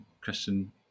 Christian